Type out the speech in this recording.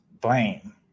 blame